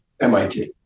MIT